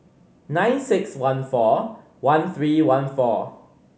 nine six one four one three one four